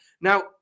Now